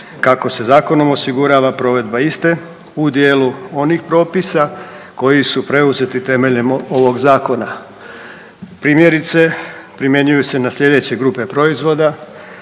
kako se zakonom osigurava provedba iste u dijelu onih propisa koji su preuzeti temeljem ovog Zakona. Primjerice, primjenjuju se na sljedeće grupe proizvoda,